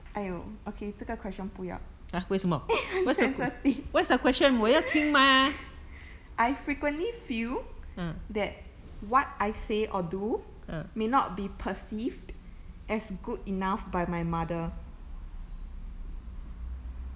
!aiyo! okay 这个 question 不要 因为 sensitive I frequently feel that what I say or do may not be perceived as good enough by my mother